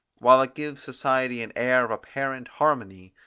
while it gives society an air of apparent harmony,